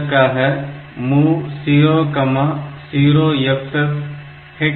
இதற்காக MOV 00FF hex